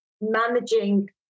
managing